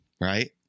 right